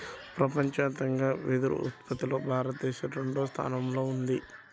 ప్రపంచవ్యాప్తంగా వెదురు ఉత్పత్తిలో భారతదేశం రెండవ స్థానంలో ఉన్నది